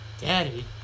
Daddy